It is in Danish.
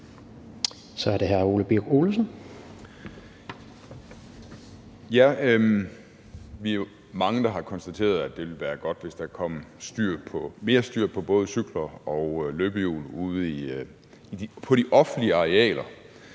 Kl. 11:57 Ole Birk Olesen (LA): Vi er jo mange, der har konstateret, at det ville være godt, hvis der kom mere styr på både cykler og løbehjul ude på de offentlige arealer.